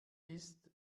ist